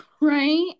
Right